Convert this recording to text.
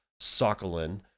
Sokolin